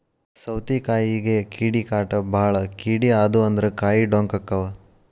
ಸೌತಿಕಾಯಿಗೆ ಕೇಡಿಕಾಟ ಬಾಳ ಕೇಡಿ ಆದು ಅಂದ್ರ ಕಾಯಿ ಡೊಂಕ ಅಕಾವ್